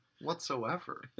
whatsoever